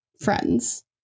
friends